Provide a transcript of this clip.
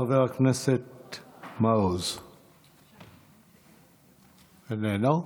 חבר הכנסת מעוז, איננו.